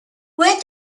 where